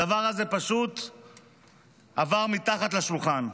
הדבר הזה פשוט עבר מתחת לשולחן.